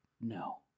No